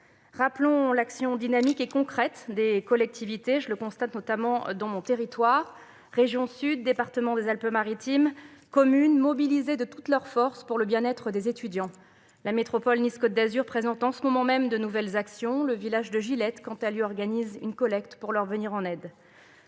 Rappelons l'action dynamique et concrète des collectivités. Je le constate notamment dans mon territoire. Région Sud, le département des Alpes-Maritimes et les communes sont mobilisés de toutes leurs forces pour le bien-être des étudiants. La métropole Nice Côte d'Azur présente en ce moment même de nouvelles actions. Le village de Gilette, quant à lui, organise une collecte pour leur venir en aide.